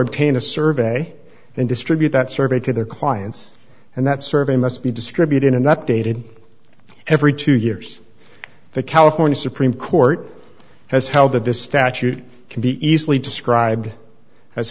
obtain a survey and distribute that survey to their clients and that survey must be distributed an updated every two years the california supreme court has held that this statute can be easily described as